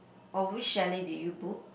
oh which chalet did you book